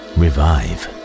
revive